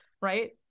right